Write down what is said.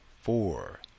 four